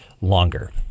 longer